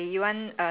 good job